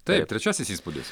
taip trečiasis įspūdis